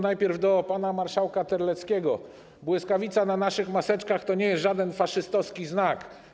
Najpierw do pana marszałka Terleckiego - błyskawica na naszych maseczkach to nie jest żaden faszystowski znak.